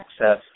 access